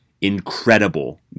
incredible